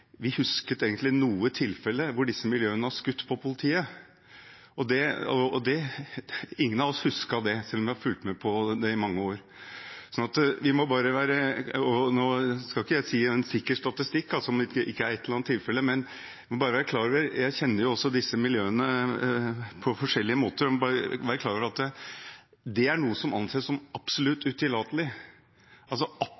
vi har fulgt med på det i mange år. Nå skal ikke jeg gi en sikker statistikk, om det ikke er et eller annet tilfelle, men vi må være klar over – jeg kjenner jo disse miljøene på forskjellige måter – at det er noe som anses som absolutt utillatelig og det helt utenkelige å gjøre. Når politiet kommer, og politiet er